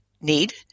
need